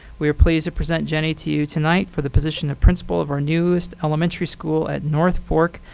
we are pleased to present jenny to you tonight for the position of principal of our newest elementary school at north fork.